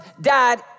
dad